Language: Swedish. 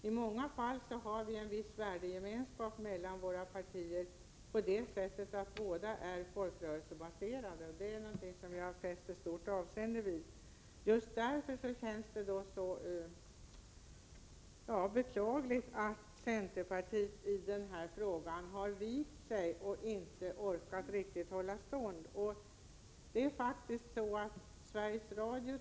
I många fall finns det en viss värdegemenskap mellan våra partier, eftersom båda är folkrörelsebaserade, något som jag fäster stort avseende vid. Just därför är det beklagligt att centerpartiet i den här frågan har vikt sig och inte riktigt orkat hålla stånd.